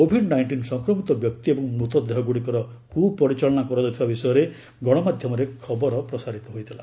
Covid nineteen ସଂକ୍ରମିତ ବ୍ୟକ୍ତି ଏବଂ ମୃତ ଦେହଗୁଡ଼ିକର କୁପରିଚାଳନା କରାଯାଉଥିବା ବିଷୟରେ ଗଣମାଧ୍ୟମରେ ଖବର ପ୍ରଚାରିତ ହୋଇଥିଲା